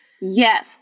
Yes